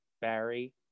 Barry